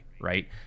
right